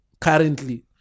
currently